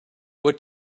what